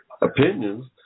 opinions